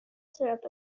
syrup